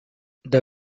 the